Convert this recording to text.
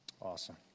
Awesome